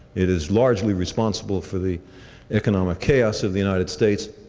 it is largely responsible for the economic chaos of the united states.